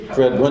Fred